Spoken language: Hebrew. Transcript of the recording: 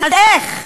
אז איך,